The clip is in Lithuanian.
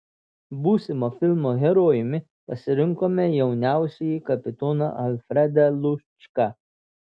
būsimo filmo herojumi pasirinkome jauniausiąjį kapitoną alfredą lučką